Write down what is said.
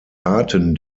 arten